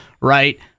right